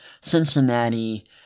Cincinnati